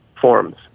forms